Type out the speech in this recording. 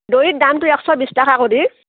দৈত দামটো একশ বিছ টকা কৰি